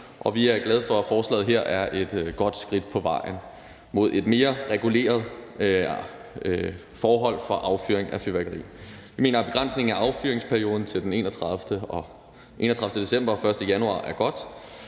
og vi er glade for, at forslaget her er et godt skridt på vejen mod mere regulerede forhold for affyring af fyrværkeri. Vi mener, at begrænsningen af affyringsperioden til den 31. december og 1. januar er godt.